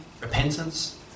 repentance